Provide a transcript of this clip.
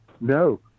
No